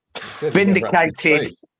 Vindicated